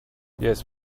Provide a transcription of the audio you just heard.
yes